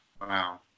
Wow